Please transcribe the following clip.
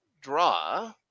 draw